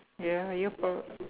ya you're prob~